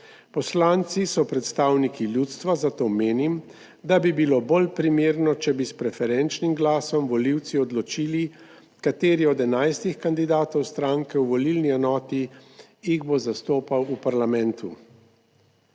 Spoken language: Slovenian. Poslanci so predstavniki ljudstva, zato menim, da bi bilo bolj primerno, če bi s preferenčnim glasom volivci odločili kateri od 11 kandidatov stranke v volilni enoti jih bo zastopal v parlamentu.